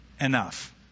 enough